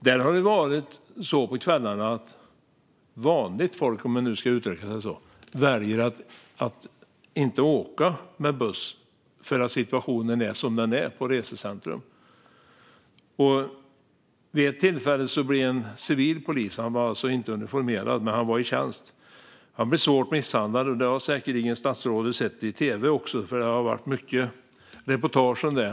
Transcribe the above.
Där har det blivit så att vanligt folk, om vi nu ska uttrycka oss så, väljer att inte åka med buss därför att situationen är som den är på resecentrum. Vid ett tillfälle blev en civil polis - han var alltså inte uniformerad men i tjänst - svårt misshandlad. Statsrådet har säkerligen sett om det på tv; det har varit många reportage om det.